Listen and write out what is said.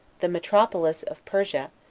the metropolis of persia,